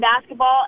basketball